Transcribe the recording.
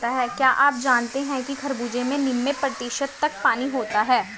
क्या आप जानते हैं कि खरबूजे में नब्बे प्रतिशत तक पानी होता है